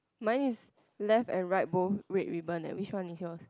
mine is left and right both red ribbon eh which one is yours